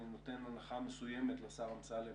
אני נותן הנחה מסוימת לשר אמסלם